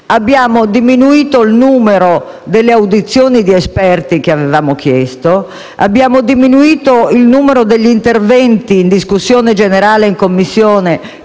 abbiamo diminuito il numero delle audizioni di esperti che avevamo chiesto, abbiamo diminuito il numero degli interventi in discussione generale in Commissione